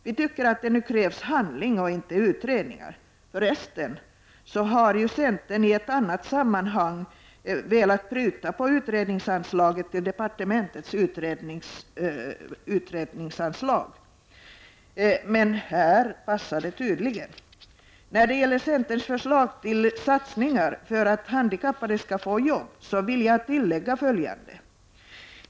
Vi tycker att det nu krävs handling — inte utredningar. Föresten har ju centern i annat sammanhang velat pruta på departementets utredningsanslag, men här passar tydligen en ökning. När det gäller centerns förslag till satsningar för att handikappade skall få jobb, så vill jag tillägga följande.